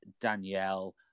Danielle